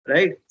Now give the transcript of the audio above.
Right